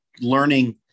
learning